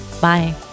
Bye